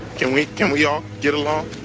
can we, can we all get along?